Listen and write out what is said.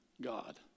God